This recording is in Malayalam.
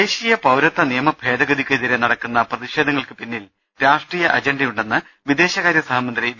ദേശീയ പൌരത്വ നിയമഭേദഗതിക്കെതിരെ നടക്കുന്ന പ്രതിഷേധങ്ങൾക്ക് പിന്നിൽ രാഷ്ട്രീയ അജ്ണ്ടയുണ്ടെന്ന് വിദേശകാര്യ സഹമന്ത്രി വി